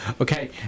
Okay